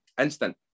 Instant